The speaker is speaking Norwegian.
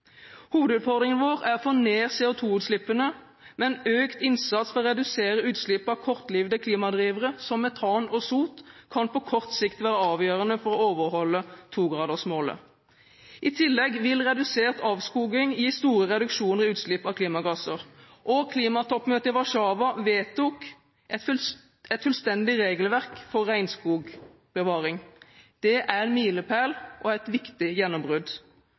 Hovedutfordringen vår er å få ned CO2-utslippene, men økt innsats for å redusere utslipp av kortlivede klimadrivere, som metan og sot, kan på kort sikt være avgjørende for å overholde togradersmålet. I tillegg vil redusert avskoging gi store reduksjoner i utslipp av klimagasser. Klimatoppmøtet i Warszawa vedtok et fullstendig regelverk for regnskogbevaring. Det er en milepæl og et viktig gjennombrudd.